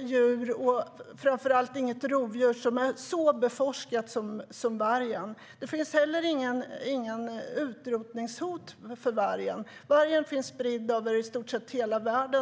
djur, och framför allt inget rovdjur, som man har forskat så mycket på som vargen. Det finns inte heller något utrotningshot mot vargen. Vargen finns spridd över i stort sett hela världen.